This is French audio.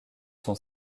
sont